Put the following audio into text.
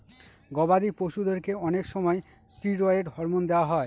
গবাদি পশুদেরকে অনেক সময় ষ্টিরয়েড হরমোন দেওয়া হয়